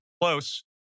close